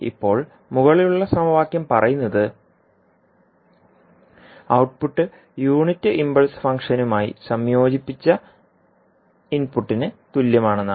ഇപ്പോൾ മുകളിലുള്ള സമവാക്യം പറയുന്നത് ഔട്ട്പുട്ട് യൂണിറ്റ് ഇംപൾസ് ഫംഗ്ഷനുമായി സംയോജിപ്പിച്ച ഇൻപുട്ടിന് തുല്യമാണെന്നാണ്